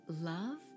love